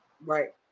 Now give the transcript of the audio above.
right